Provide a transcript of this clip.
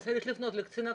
צריך לפנות לקצין הכנסת.